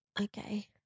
Okay